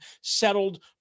settled